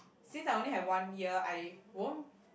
since I only have one year I won't